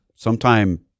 Sometime